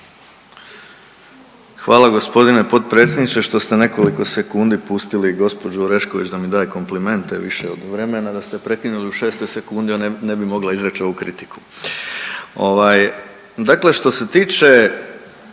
Hvala gospodine potpredsjedniče što ste nekoliko sekundi pustili gospođu Orešković da mi daje komplimente više od vremena, da ste je prekinuli u 6 sekundi ne bi mogla izreći ovu kritiku. Ovaj dakle što se tiče